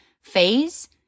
phase